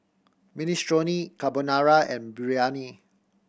Minestrone Carbonara and Biryani